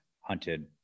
hunted